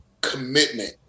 commitment